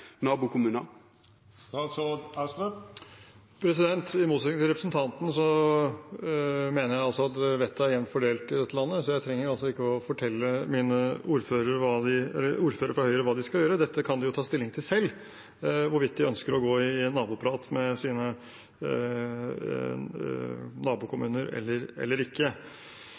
I motsetning til representanten mener jeg at vettet er jevnt fordelt i dette landet, så jeg trenger ikke å fortelle ordførere fra Høyre hva de skal gjøre. Dette kan de ta stilling til selv – hvorvidt de ønsker å ta en prat med sine nabokommuner eller ikke.